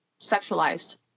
sexualized